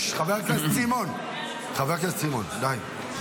הכנסת סימון, די.